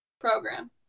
program